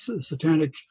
satanic